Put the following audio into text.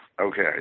Okay